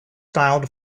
styled